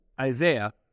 Isaiah